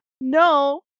no